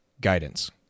Guidance